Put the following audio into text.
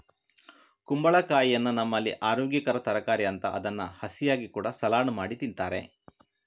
ಕುಂಬಳಕಾಯಿಯನ್ನ ನಮ್ಮಲ್ಲಿ ಅರೋಗ್ಯಕರ ತರಕಾರಿ ಅಂತ ಅದನ್ನ ಹಸಿಯಾಗಿ ಕೂಡಾ ಸಲಾಡ್ ಮಾಡಿ ತಿಂತಾರೆ